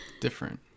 different